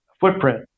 footprint